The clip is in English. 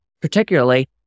Particularly